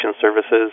Services